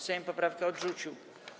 Sejm poprawkę odrzucił.